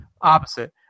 Opposite